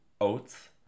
oats